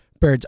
birds